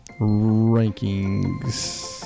rankings